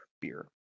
beer